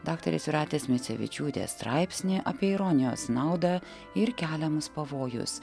daktarės jūratės micevičiūtės straipsnį apie ironijos naudą ir keliamus pavojus